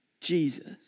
Jesus